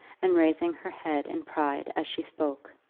and raising her head in pride as she spoke.